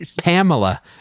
Pamela